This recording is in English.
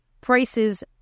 prices